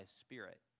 spirit